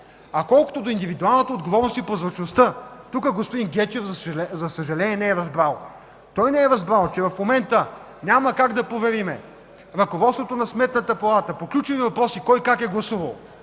Колкото до индивидуалната отговорност и прозрачността, тук, за съжаление, господин Гечев не е разбрал. Той не е разбрал, че в момента няма как да проверим ръководството на Сметната палата по ключови въпроси кой как е гласувал.